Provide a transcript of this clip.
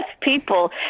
people